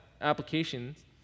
applications